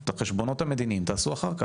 את החשבונות המדיניים תעשו אחר כך,